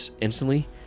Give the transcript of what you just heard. instantly